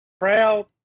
proud